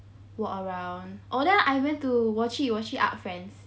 walk around oh then I went to 我去我去 Art Friend